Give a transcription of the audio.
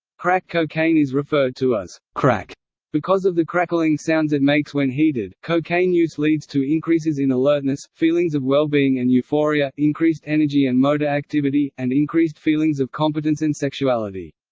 crack cocaine is referred to as crack because of the crackling sounds it makes when heated cocaine use leads to increases in alertness, feelings of well-being and euphoria, increased energy and motor activity, and increased feelings of competence and sexuality.